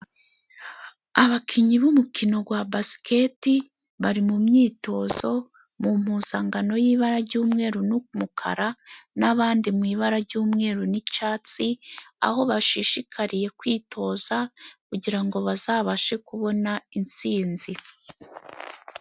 Abakinnyi b'umukino gwa Basiketi, bari mu myitozo, mu mpuzangano y'ibara jy'umweru n'umukara n'abandi mu ibara jy'umweru n'icyatsi, aho bashishikariye kwitoza kugira ngo bazabashe kubona intsinzi.